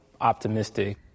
optimistic